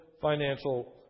financial